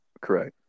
Correct